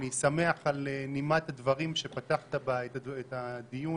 אני שמח על נימת הדברים שפתחת בה את הדיון,